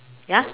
ya